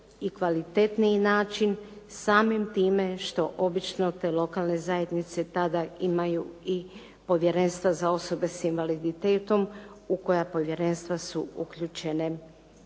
i kvalitetniji način samim time što obično te lokalne zajednice tada imaju i povjerenstva za osobe s invaliditetom u koja povjerenstva su uključene